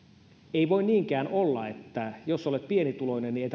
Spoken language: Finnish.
ei voi niinkään olla että jos olet pienituloinen niin